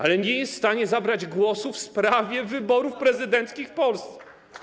ale nie jest w stanie zabrać głosu w sprawie wyborów prezydenckich w Polsce.